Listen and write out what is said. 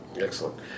Excellent